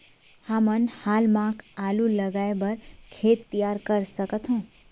हमन हाल मा आलू लगाइ बर खेत तियार कर सकथों?